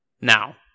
now